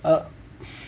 err